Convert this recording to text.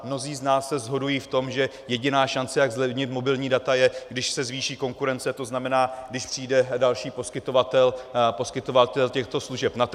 Mnozí z nás se shodují v tom, že jediná šance, jak zlevnit mobilní data, je, když se zvýší konkurence, to znamená, když přijde další poskytovatel těchto služeb na trh.